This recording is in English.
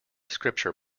scripture